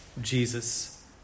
Jesus